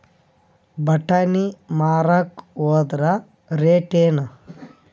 ಬಟಾನಿ ಮಾರಾಕ್ ಹೋದರ ರೇಟೇನು?